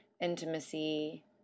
intimacy